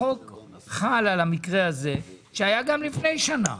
החוק חל על המקרה הזה, שהיה גם לפני שנה.